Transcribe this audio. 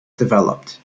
developed